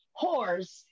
whores